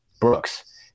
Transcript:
Brooks